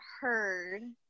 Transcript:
heard